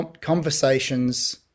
conversations